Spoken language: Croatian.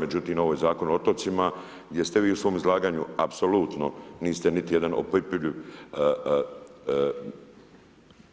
Međutim ovo je Zakon o otocima gdje ste vi u svom izlaganju apsolutno niste niti jedan opipljivi,